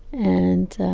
and